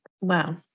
Wow